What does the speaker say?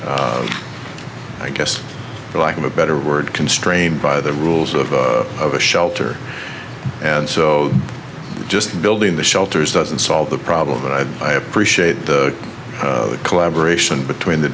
be i guess the lack of a better word constrained by the rules of of a shelter and so just building the shelters doesn't solve the problem but i appreciate the collaboration between the